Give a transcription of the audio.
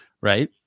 right